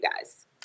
guys